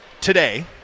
Today